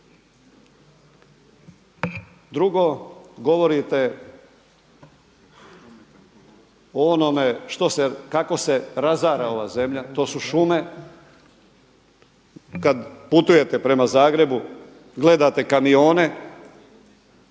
Drugo, govorite o onome što se, kako se razara ova zemlja. To su šume. Kad putujete prema Zagrebu gledate kamione.